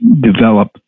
develop